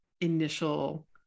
initial